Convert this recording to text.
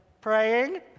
Praying